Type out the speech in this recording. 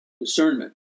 discernment